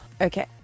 Okay